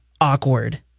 awkward